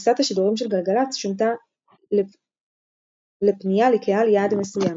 תפיסת השידורים של גלגלצ שונתה לפנייה לקהל יעד מסוים,